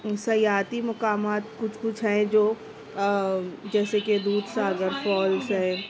سیاحتی مقامات کچھ کچھ ہیں جو جیسے کہ دودھ ساگر فالز ہے